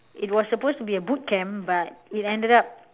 it was supposed to be a boot camp but it ended up